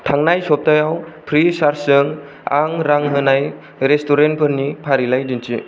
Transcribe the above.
थांनाय सप्तायाव फ्रिसार्जजों आं रां होनाय रेस्टुरेन्टफोरनि फारिलाइ दिन्थि